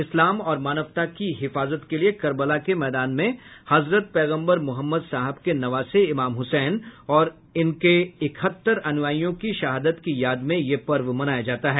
इस्लाम और मानवता की हिफाजत के लिए कर्बला के मैदान में हजरत पैगम्बर मोहम्मद साहेब के नवासे इमाम हुसैन और उनके इकहत्तर अनुयायियों की शहादत की याद में यह पर्व मनाया जाता है